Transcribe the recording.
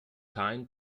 tyne